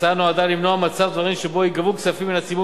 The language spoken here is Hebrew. ההצעה נועדה למנוע מצב דברים שבו ייגבו כספים מן הציבור